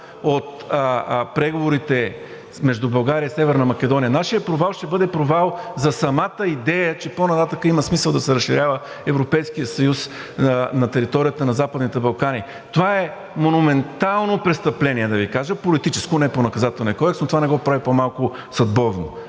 от преговорите между България и Северна Македония, нашият провал ще бъде провал за самата идея, че по-нататък има смисъл да се разширява Европейският съюз на територията на Западните Балкани. Това е монументално престъпление, да Ви кажа – политическо, не по Наказателния кодекс, но това не го прави по-малко съдбовно.